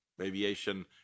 aviation